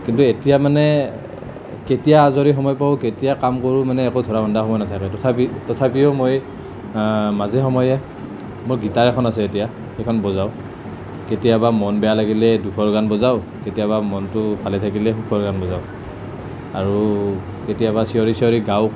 কিন্তু এতিয়া মানে কেতিয়া আজৰি সময় পাওঁ কেতিয়া কাম কৰোঁ মানে একো ধৰা বন্ধা সময় নাথাকে তথাপি তথাপিও মই মাজে সময়ে মোৰ গিটাৰ এখন আছে এতিয়া সেইখন বজাওঁ কেতিয়াবা মন বেয়া লাগিলে দুখৰ গান বজাওঁ কেতিয়াবা মনটো ভালে থাকিলে সুখৰ গান বজাওঁ আৰু কেতিয়াবা চিঞৰি চিঞৰি গাওঁ